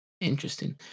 Interesting